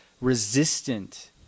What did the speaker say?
resistant